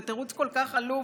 זה תירוץ כל כך עלוב,